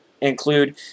include